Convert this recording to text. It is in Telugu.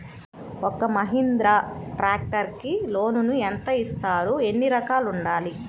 ఒక్క మహీంద్రా ట్రాక్టర్కి లోనును యెంత ఇస్తారు? ఎన్ని ఎకరాలు ఉండాలి?